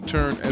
Turn